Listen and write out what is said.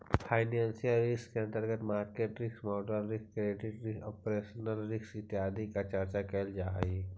financial risk के अंतर्गत market risk, model risk, credit risk, operational risk इत्यादि के चर्चा कैल जा हई